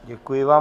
Děkuji vám.